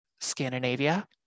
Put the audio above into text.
Scandinavia